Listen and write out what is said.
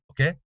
okay